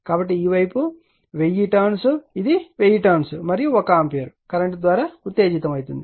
కాబట్టి ఈ వైపు 1000 టర్న్స్ ఇది 1000 టర్న్స్ మరియు 1 ఆంపియర్ కరెంట్ ద్వారా ఉత్తేజితమవుతుంది